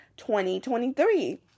2023